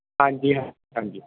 ਹਾਂਜੀ ਹਾਂਜੀ ਹਾਂਜੀ